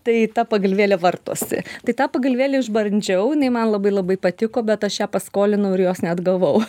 tai ta pagalvėlė vartosi tai tą pagalvėlę išbandžiau jinai man labai labai patiko bet aš ją paskolinau ir jos neatgavau